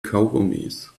kaugummis